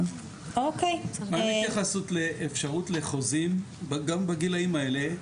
מה עם התייחסות לאפשרות לחוזים גם בגילאים האלה,